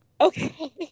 okay